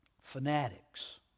fanatics